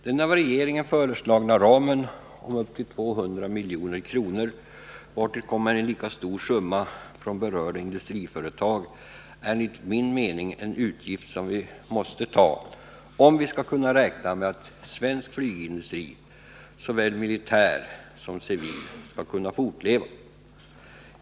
Den av regeringen föreslagna ramen på upp till 200 milj.kr.. vartill kommer en lika stor summa från berörda industriföretag, är enligt min mening en utgift som vi måste ta om vi skall kunna räkna med att svensk flygindustri, såväl militär som civil, skall kunna fortleva.